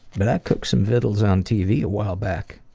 but i cooked some vittles on tv a while back.